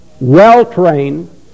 well-trained